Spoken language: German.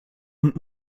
und